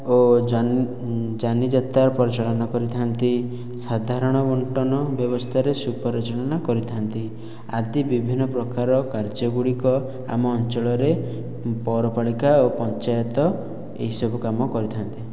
ଓ ଯାନି ଯାନିଯାତ୍ରା ପରିଚାଳନା କରିଥାନ୍ତି ସାଧାରଣ ବଣ୍ଟନ ବ୍ୟବସ୍ଥାରେ ସୁପରିଚାଳନା କରିଥାନ୍ତି ଆଦି ବିଭିନ୍ନ ପ୍ରକାର କାର୍ଯ୍ୟଗୁଡିକ ଆମ ଅଞ୍ଚଳରେ ପୌରପାଳିକା ଓ ପଞ୍ଚାୟତ ଏଇସବୁ କାମ କରିଥାନ୍ତି